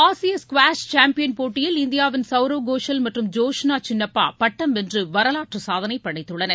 ஆசிய squash champion போட்டியில் இந்தியாவின் சவ்ரவ் கோஷல் மற்றும் ஜோஷ்னா சின்னப்பா பட்டம் வென்று வரலாற்றுச் சாதனை படைத்துள்ளனர்